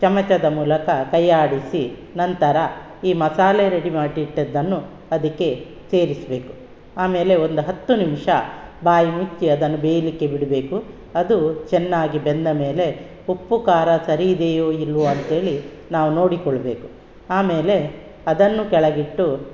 ಚಮಚದ ಮೂಲಕ ಕೈಯ್ಯಾಡಿಸಿ ನಂತರ ಈ ಮಸಾಲೆ ರೆಡಿ ಮಾಡಿಟ್ಟಿದ್ದನ್ನು ಅದಕ್ಕೆ ಸೇರಿಸಬೇಕು ಆಮೇಲೆ ಒಂದು ಹತ್ತು ನಿಮಿಷ ಬಾಯಿ ಮುಚ್ಚಿ ಅದನ್ನು ಬೇಯಲಿಕ್ಕೆ ಬಿಡಬೇಕು ಅದು ಚೆನ್ನಾಗಿ ಬೆಂದ ಮೇಲೆ ಉಪ್ಪು ಖಾರ ಸರಿ ಇದೆಯೋ ಇಲ್ಲವೋ ಅಂಥೇಳಿ ನಾವು ನೋಡಿಕೊಳ್ಳಬೇಕು ಆಮೇಲೆ ಅದನ್ನು ಕೆಳಗಿಟ್ಟು